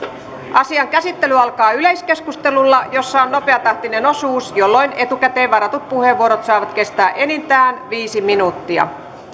asian käsittely alkaa yleiskeskustelulla jossa on nopeatahtinen osuus jolloin etukäteen varatut puheenvuorot saavat kestää enintään viisi minuuttia